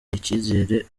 icyizere